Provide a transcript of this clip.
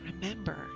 remember